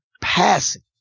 passing